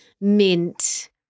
mint